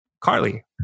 Carly